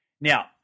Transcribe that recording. Now